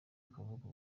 ukuvuga